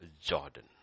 Jordan